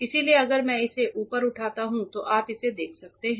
इसलिए अगर मैं इसे ऊपर उठाता हूं तो आप इसे देख सकते हैं